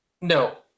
No